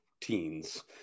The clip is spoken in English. teens